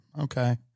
Okay